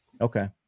Okay